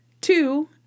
two